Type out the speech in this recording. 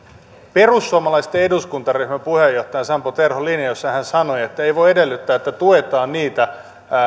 perussuomalaisten eduskuntaryhmän puheenjohtaja sampo terhon linja jossa hän sanoi että ei voi edellyttää että tuetaan niitä